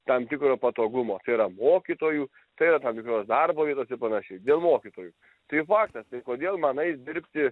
tam tikro patogumo tai yra mokytojų tai yra tam tikros darbo vietos ir panašiai dėl mokytojų tai faktas tai kodėl man ait dirbti